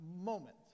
moment